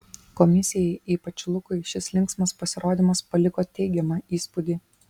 komisijai ypač lukui šis linksmas pasirodymas paliko teigiamą įspūdį